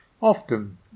often